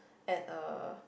at a